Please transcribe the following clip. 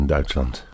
Duitsland